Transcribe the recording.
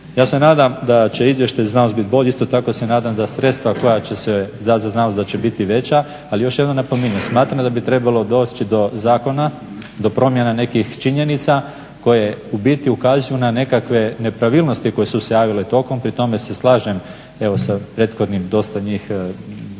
Ja se nadam da će izvještaj, znanost biti bolji. Isto tako ja se nadam da sredstva koja će se dati za znanost da će biti veća. Ali još jednom napominjem, smatram da bi trebalo doći do zakona, do promjena nekih činjenica koje u biti ukazuju na nekakve nepravilnosti koje su se javile tokom. Pri tome se slažem evo sa prethodnim, dosta njih, govornika